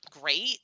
great